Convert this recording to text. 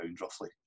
roughly